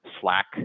Slack